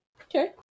Okay